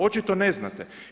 Očito ne znate.